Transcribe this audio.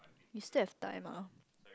you still have time uh